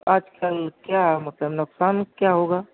آج کل کیا مطلب نقصان کیا ہوگا